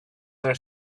their